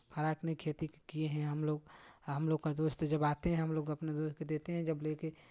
फड़ा कि नहीं खेती किये हैं हमलोग हमलोग का दोस्त जब आते हैं हमलोग अपना दोस्त को देते हैं जब लेके